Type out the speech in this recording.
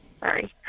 Sorry